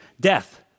death